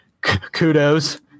kudos